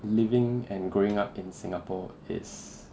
living and growing up in singapore is